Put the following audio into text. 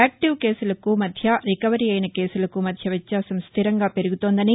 యాక్లివ్ కేసులకు మధ్య రికవరీ అయిన కేసులకు మధ్య వ్యత్యాసం స్థిరంగా పెరుగుతోందని